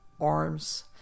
arms